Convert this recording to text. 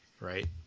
right